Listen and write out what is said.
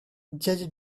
judge